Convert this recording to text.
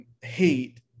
hate